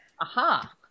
Aha